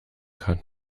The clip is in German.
kann